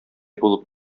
булып